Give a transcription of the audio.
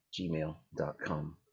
gmail.com